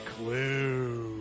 clue